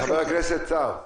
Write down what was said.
חבר הכנסת סער --- גדעון,